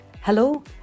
hello